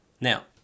Now